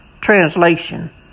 translation